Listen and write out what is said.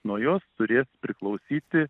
nuo jos turės priklausyti